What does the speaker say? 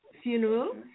funeral